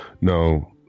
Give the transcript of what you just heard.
no